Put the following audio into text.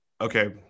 okay